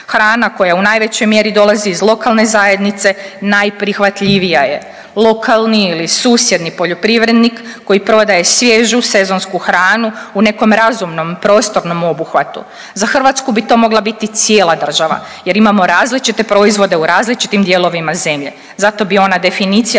Hrana koja u najvećoj mjeri dolazi iz lokalne zajednice najprihvatljivija je. Lokalni ili susjedni poljoprivrednik koji prodaje svježu sezonsku hranu u nekom razumnom prostornom obuhvatu. Za Hrvatsku bi to mogla biti cijela država jer imamo različite proizvode u različitim dijelovima zemlje. Zato bi ona definicija